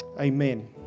Amen